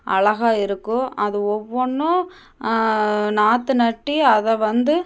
அழகாக இருக்கும் அது ஒவ்வொன்றும் நாற்று நட்டி அதை வந்து